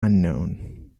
unknown